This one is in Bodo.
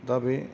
दा बे